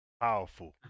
powerful